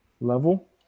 level